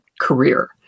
career